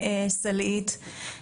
סלעית,